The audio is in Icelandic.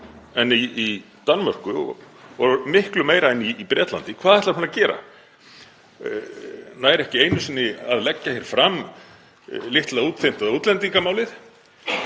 en í Danmörku og miklu meira en í Bretlandi? Hvað ætlar hún að gera? Hún nær ekki einu sinni að leggja hér fram litla útþynnta útlendingamálið.